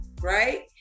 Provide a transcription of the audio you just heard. right